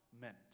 meant